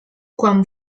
quan